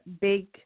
big